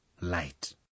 light